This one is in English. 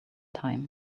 time